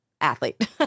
athlete